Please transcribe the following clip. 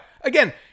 Again